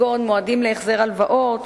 כגון מועדים להחזר הלוואות,